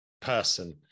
person